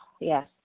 yes